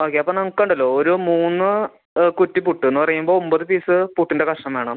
okay അപ്പം നമുക്കൊണ്ടല്ലൊ ഒര് മൂന്ന് കുറ്റി പുട്ട് എന്ന് പറയുമ്പോൾ ഒമ്പത് പീസ് പുട്ടിൻ്റെ കഷ്ണം വേണം